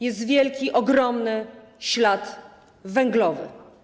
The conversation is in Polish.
Jest wielki, ogromny ślad węglowy.